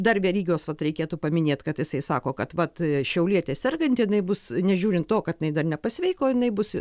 dar verygos vat reikėtų paminėt kad jisai sako kad šiaulietė serganti jinai bus nežiūrint to kad jinai dar nepasveiko jinai bus